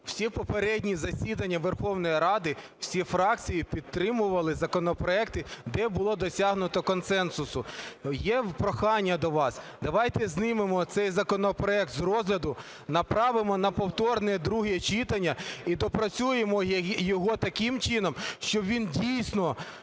всі попередні засідання Верховної Ради всі фракції підтримували законопроекти, де було досягнуто консенсусу. Є прохання до вас, давайте знімемо цей законопроект з розгляду, направимо на повторне друге читання і доопрацюємо його таким чином, щоб він дійсно